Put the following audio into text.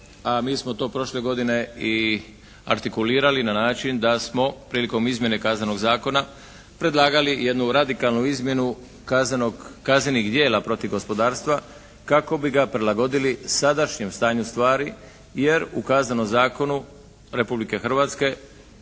a mi smo to prošle godine i artikulirali na način da smo prilikom izmjene Kaznenog zakona predlagali jednu radikalnu izmjenu kaznenih djela protiv gospodarstva kako bi ga prilagodili sadašnjem stanju stvari jer u Kaznenom zakonu Republike Hrvatske